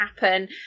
happen